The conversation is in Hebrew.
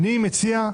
אני מציע,